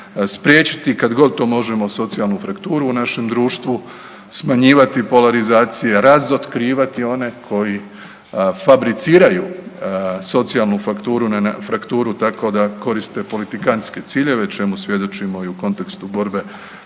spriječiti kad god to možemo socijalnu frakturu u našem društvu, smanjivati polarizacije, razotkrivati one koji fabriciraju socijalnu fakturu, frakturu tako da koriste politikantske ciljeve čemu svjedočimo i u kontekstu borbe